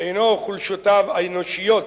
אינו 'חולשותיו' האנושיות